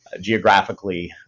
geographically